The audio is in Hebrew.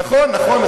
נכון, נכון.